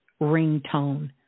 ringtone